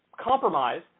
compromise